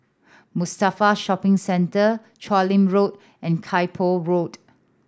Mustafa Shopping Centre Chu Lin Road and Kay Poh Road